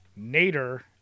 Nader